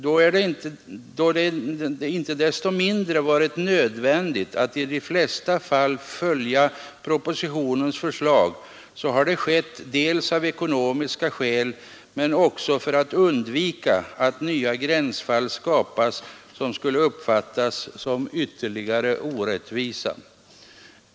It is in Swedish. Då det inte desto mindre visat sig nödvändigt att i de flesta fall följa propositionens förslag har det varit dels av ekonomiska skäl men dels också för att undvika att nya gränsfall skapas, som skulle uppfattas som ytterligare orättvisa.